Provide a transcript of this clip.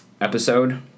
episode